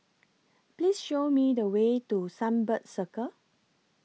Please Show Me The Way to Sunbird Circle